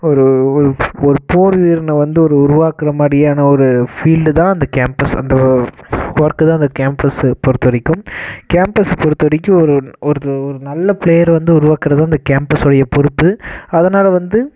ஒரு ஒரு ஒரு போர் வீரனை வந்து ஒரு உருவாக்குகிற மாதிரியான ஒரு ஃபீல்டு தான் அந்த கேம்பஸ் அந்த ஒர்க்கு தான் அந்த கேம்பஸு பொறுத்தவரைக்கும் கேம்பஸ் பொறுத்தவரைக்கும் ஒரு ஒரு ஒரு நல்ல பிளேயரை வந்து உருவாக்குகிறதுதான் அந்த கேம்பஸுடைய பொறுப்பு அதனால் வந்து